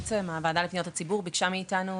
בעצם הוועדה לפניות הציבור ביקשה מאיתנו,